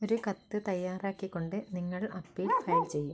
ഒരു കത്ത് തയ്യാറാക്കിക്കൊണ്ട് നിങ്ങൾ അപ്പീൽ ഫയൽ ചെയ്യും